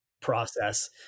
process